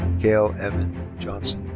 kale evan johnson.